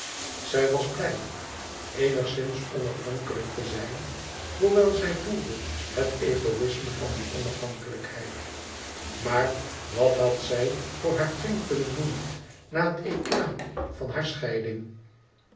zij was blij eenigszins onafhankelijk te zijn hoewel zij voelde het egoïsme van die onafhankelijkheid maar wat had zij voor haar kring kunnen doen na het éclat van hare scheiding